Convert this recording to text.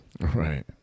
right